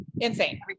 insane